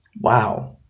Wow